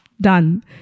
done